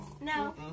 No